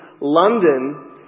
London